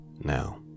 now